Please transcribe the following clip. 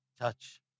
Touch